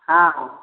हँ